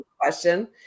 question